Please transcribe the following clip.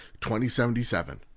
2077